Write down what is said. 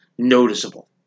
noticeable